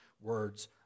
words